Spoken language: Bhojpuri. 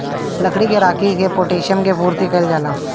लकड़ी के राखी से पोटैशियम के पूर्ति कइल जा सकेला